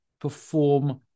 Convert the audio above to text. perform